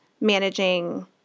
managing